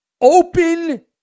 Open